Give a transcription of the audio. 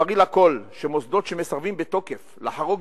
ברי לכול שמוסדות שמסרבים בתוקף לחרוג